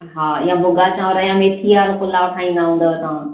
हा इय भूॻा चावर या मेथी वारो पुलाव ठाईंदा हूंदा तव्हां